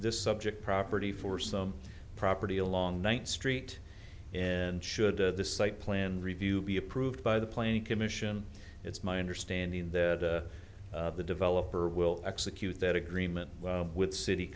this subject property for some property along ninth street and should the site plan review be approved by the planning commission it's my understanding that the developer will execute that agreement with city